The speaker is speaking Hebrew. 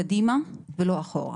קדימה ולא אחורה.